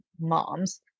moms